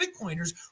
bitcoiners